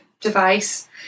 device